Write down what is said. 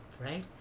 right